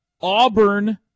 Auburn